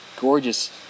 gorgeous